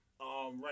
right